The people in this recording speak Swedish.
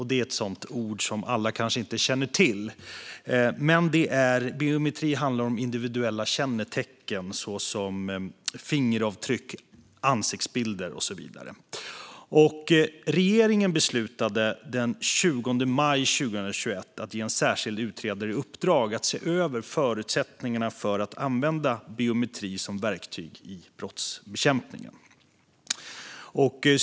Det är ett ord som kanske inte alla känner till, men biometri handlar om individuella kännetecken, såsom fingeravtryck, ansiktsbilder och så vidare. Regeringen beslutade den 20 maj 2021 att ge en särskild utredare i uppdrag att se över förutsättningarna för att använda biometri som verktyg i brottsbekämpningen.